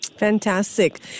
Fantastic